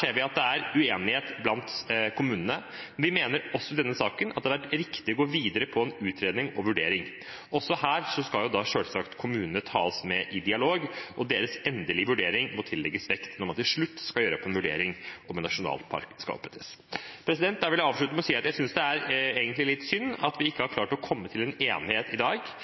uenighet blant kommunene. Vi mener også i denne saken at det hadde vært riktig å gå videre med en utredning og en vurdering. Også her skal selvsagt kommunene tas med i en dialog. Deres endelige vurdering må tillegges vekt når man til slutt skal foreta en vurdering av om en nasjonalpark skal opprettes. Jeg vil avslutte med å si at jeg synes egentlig det er litt synd at vi ikke har klart å komme til enighet i dag.